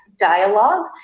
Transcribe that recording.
dialogue